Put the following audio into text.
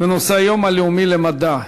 בנושא היום הלאומי למדע.